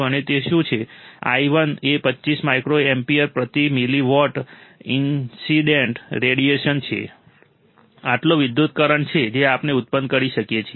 અને તે શું છે i1 એ 25 માઇક્રોએમ્પીયર પ્રતિ મિલિવોટ ઇન્સીડેંટ રેડિએશન છે આટલો વિદ્યુત કરંટ છે જે આપણે ઉત્પન્ન કરી શકીએ છીએ